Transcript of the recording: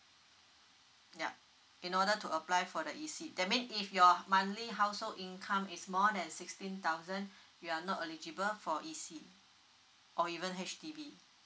yup in order to apply for the E_C that mean if your monthly household income is more than sixteen thousand you're not eligible for E_C or even H_D_B